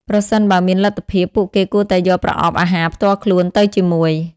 ប្រសិនបើមានលទ្ធភាព ពួកគេគួរតែយកប្រអប់អាហារផ្ទាល់ខ្លួនទៅជាមួយ។